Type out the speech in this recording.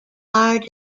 are